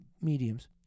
mediums